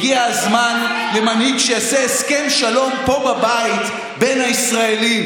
הגיע הזמן למנהיג שיעשה הסכם שלום פה בבית בין הישראלים.